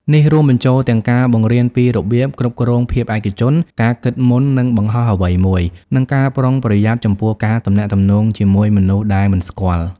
នេះរួមបញ្ចូលទាំងការបង្រៀនពីរបៀប គ្រប់គ្រងភាពឯកជន ការគិតមុននឹងបង្ហោះអ្វីមួយ និងការប្រុងប្រយ័ត្នចំពោះការទំនាក់ទំនងជាមួយមនុស្សដែលមិនស្គាល់។